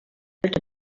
kälte